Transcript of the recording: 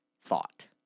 thought